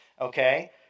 Okay